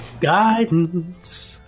Guidance